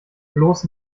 bloß